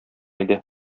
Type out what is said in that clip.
иде